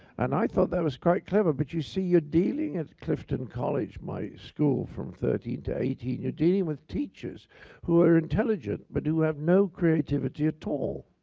and i thought that was quite clever. but you see, you're dealing at clifton college, my school from thirteen to eighteen, you're dealing with teachers who are intelligent, but who have no creativity at all.